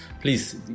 please